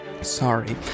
Sorry